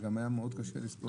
היה קשה מאוד לספור.